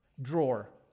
Drawer